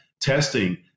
testing